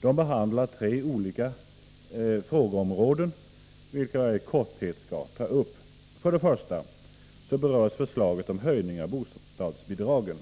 De behandlar tre olika frågeområden, vilka jag i korthet skall ta upp. För det första berörs förslaget om höjningen av bostadsbidragen.